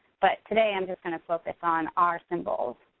but today i'm just gonna focus on our symbols.